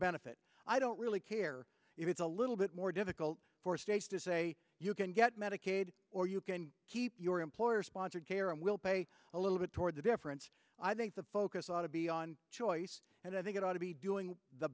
benefit i don't really care if it's a little bit more difficult for states to say you can get medicaid or you can keep your employer sponsored care and we'll pay a little bit toward the difference i think the focus ought to be on choice and i think it ought to be doing the